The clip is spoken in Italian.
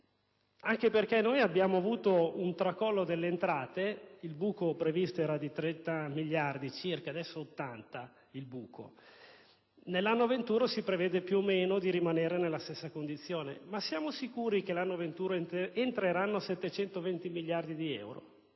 Anche perché noi abbiamo avuto un tracollo delle entrate. Il buco previsto era di 30 miliardi circa e adesso è di 80 miliardi; nell'anno venturo si prevede più o meno di rimanere nella stessa condizione. Ma siamo sicuri che l'anno venturo entreranno 720 miliardi di euro?